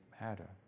matter